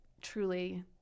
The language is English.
truly